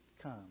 come